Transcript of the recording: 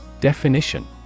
definition